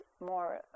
more